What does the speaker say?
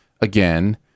again